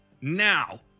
now